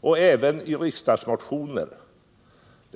men även från riksdagsmotioner.